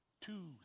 Two